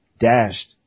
dashed